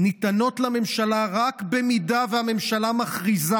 ניתנות לממשלה רק במידה שהממשלה מכריזה